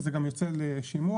זה גם יוצא לשימוע,